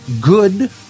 good